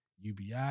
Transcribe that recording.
UBI